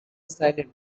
silent